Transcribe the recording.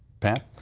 pat.